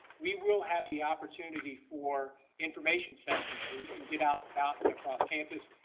we will have the opportunity for information sessions where you can get out about and across campus,